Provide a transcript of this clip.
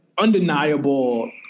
undeniable